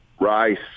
Rice